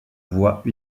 voie